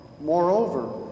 Moreover